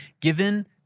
Given